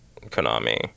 Konami